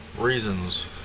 Reasons